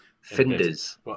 Finders